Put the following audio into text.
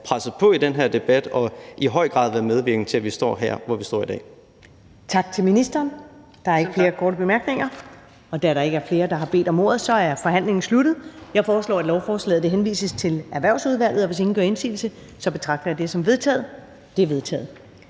presset på i den her debat og i høj grad været medvirkende til, at vi står her, hvor vi står i dag.